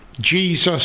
Jesus